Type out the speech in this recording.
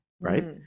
right